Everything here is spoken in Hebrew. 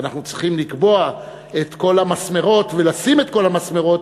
ואנחנו צריכים לקבוע את כל המסמרות ולשים את כל המסמרות